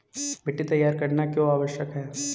मिट्टी तैयार करना क्यों आवश्यक है?